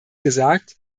gesagt